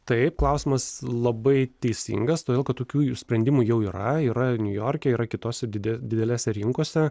taip klausimas labai teisingas todėl kad tokių sprendimų jau yra yra niujorke yra kitose dide didelėse rinkose